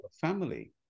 family